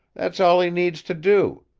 that's all he needs to do.